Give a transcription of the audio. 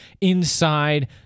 inside